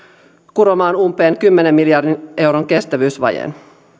kuromaan umpeen kymmenen miljardin euron kestävyysvajeen